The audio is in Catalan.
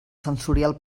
sensorial